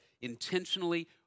intentionally